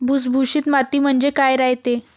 भुसभुशीत माती म्हणजे काय रायते?